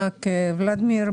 ח"כ ולדימיר,